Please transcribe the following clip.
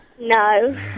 No